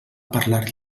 parlar